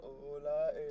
hola